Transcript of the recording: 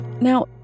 Now